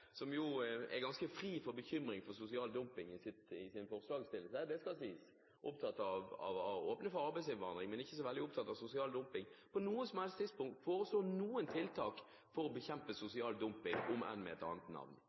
er ganske fritt for bekymring for sosial dumping i sin forslagsstillelse, det skal sies, opptatt av å åpne for arbeidsinnvandring, men ikke så veldig opptatt av sosial dumping – foreslo noen tiltak for å bekjempe sosial dumping, om enn med et annet navn?